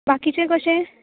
बाकिचें कशें